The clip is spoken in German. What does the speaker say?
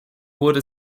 wurde